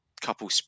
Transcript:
couple